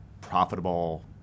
profitable